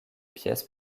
pièces